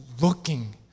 looking